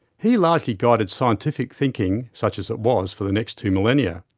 he largely guided scientific thinking, such as it was, for the next two millennia.